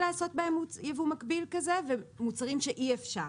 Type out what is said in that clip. לעשות בהם יבוא מקביל כזה ומוצרים שאי אפשר.